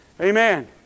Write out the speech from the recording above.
Amen